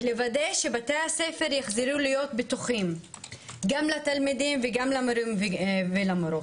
ולוודא שבתי הספר יחזרו להיות בטוחים גם לתלמידים וגם למורים ולמורות.